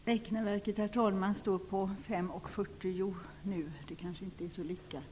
Herr talman! Räkneverket står på 5:40 nu. Det kanske inte är så lyckat.